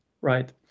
right